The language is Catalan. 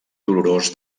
dolorós